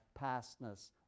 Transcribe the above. pastness